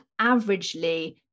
averagely